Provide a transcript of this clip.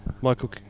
Michael